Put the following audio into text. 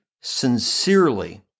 sincerely